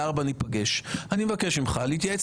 ניפגש בשעה 15:50. אני מבקש ממך להתייעץ